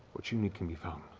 what you need can be found,